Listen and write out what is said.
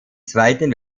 zweiten